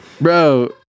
Bro